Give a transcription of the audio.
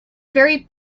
very